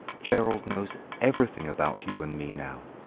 gerald knows everything about you and me now,